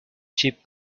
cheap